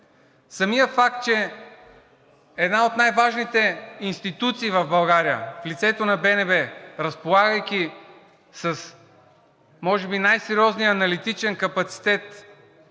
Самият факт, че една от най-важните институции в България, в лицето на БНБ, разполагайки с може би най-сериозния аналитичен капацитет,